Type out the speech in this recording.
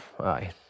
aye